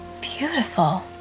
beautiful